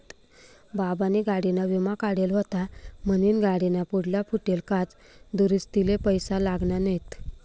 बाबानी गाडीना विमा काढेल व्हता म्हनीन गाडीना पुढला फुटेल काच दुरुस्तीले पैसा लागना नैत